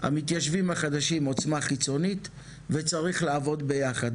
המתיישבים חדשים עוצמה חיצונית וצריך לעבוד ביחד.